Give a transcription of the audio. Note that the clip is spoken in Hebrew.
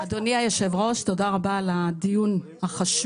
אדוני היושב-ראש, תודה רבה על הדיון החשוב.